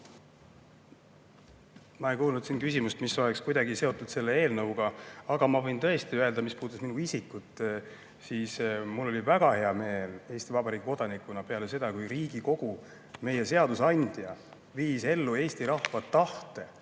Ma ei kuulnud küsimust, mis oleks kuidagi seotud selle eelnõuga, aga ma võin tõesti öelda selle kohta, mis puudutas minu isikut. Mul oli väga hea meel Eesti Vabariigi kodanikuna peale seda, kui Riigikogu, meie seadusandja, viis ellu Eesti rahva tahte